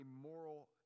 moral